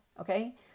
okay